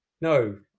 No